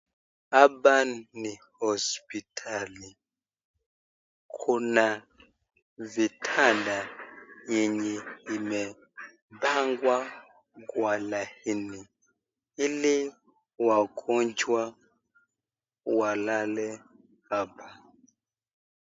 Hapa ni hospitali. Kuna vitanda yenye imepangwa kwa laini ili wagonjwa walale hapa.